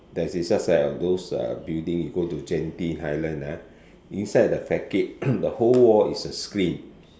that is just like those uh building you go to Genting Highlands ah inside the the whole wall is a screen